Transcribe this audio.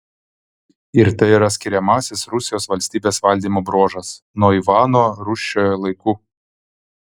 ir tai yra skiriamasis rusijos valstybės valdymo bruožas nuo ivano rūsčiojo laikų